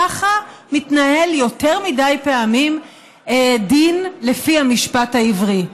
ככה מתנהל יותר מדי פעמים דין לפי המשפט העברי.